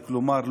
כלומר,